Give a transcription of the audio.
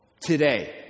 today